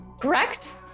correct